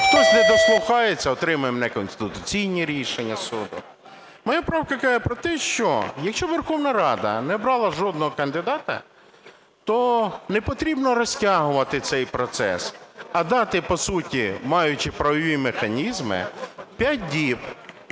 Хтось не дослухається - отримує неконституційні рішення суду. Моя правка каже про те, що, якщо Верховна Рада не брала жодного кандидата, то не потрібно розтягувати цей процес, а дати, по суті маючи правові механізми, п'ять діб.